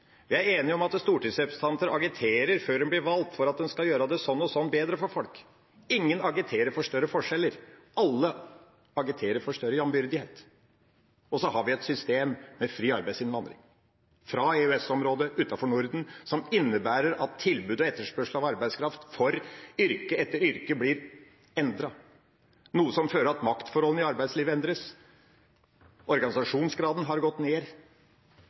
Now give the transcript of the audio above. Vi er enige om at stortingsrepresentantene før de blir valgt, agiterer for at man skal gjøre det sånn og sånn bedre for folk. Ingen agiterer for større forskjeller. Alle agiterer for større jevnbyrdighet. Og så har vi et system med fri arbeidsinnvandring fra EØS-området utenfor Norden, som innebærer at tilbud på og etterspørsel av arbeidskraft for yrke etter yrke blir endret, noe som fører til at maktforholdene i arbeidslivet endres. Organisasjonsgraden har gått ned.